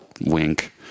Wink